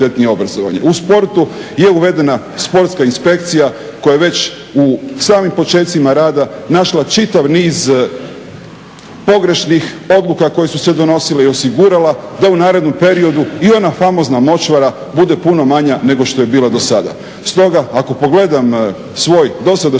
U sportu je uvedena sportska inspekcija koja je već u samim počecima rada našla čitav niz pogrešnih odluka koje su se donosile i osigurala da u narednom periodu i ona famozna močvara bude puno manja nego što je bila dosada. Stoga, ako pogledam svoj dosadašnji